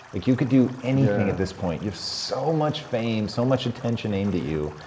like you could do anything at this point, you have so much fame, so much attention aimed at you.